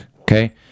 okay